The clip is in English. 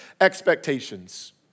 expectations